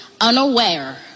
unaware